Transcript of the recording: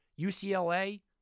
UCLA